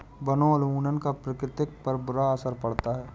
वनोन्मूलन का प्रकृति पर बुरा असर पड़ता है